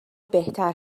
بهتر